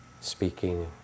speaking